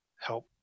help